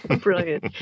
Brilliant